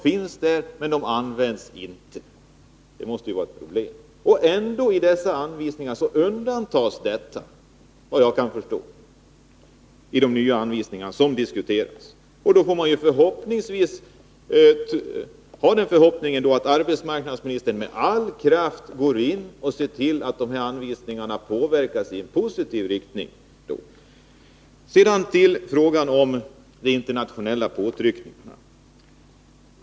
Trots allt finns, vad jag kan förstå, en del undantagsbestämmelser som medger fortsatt bruk av asbest i det nya förslaget till asbestföreskrifter. Jag har då den 25 förhoppningen att arbetsmarknadsministern med all kraft ser till att anvisningarna påverkas i en positiv riktning. Jag vill sedan ta upp frågan om de internationella påtryckningarna.